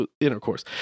Intercourse